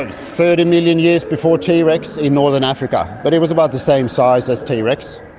um thirty million years before t rex in northern africa, but it was about the same size as t rex.